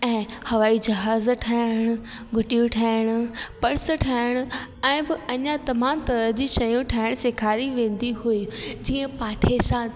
ऐं हवाई ज़हाज ठाहिण गुडियूं ठाहिण पर्स ठाहिण ऐं बि अञा तमामु तरहं जी शयूं ठाहिण सेखारी वेंदी हुई जीअं पाठे सां